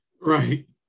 Right